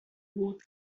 بود